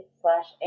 slash